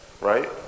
right